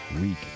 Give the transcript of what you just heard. week